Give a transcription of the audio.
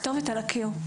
הכתובת על הקיר.